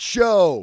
Show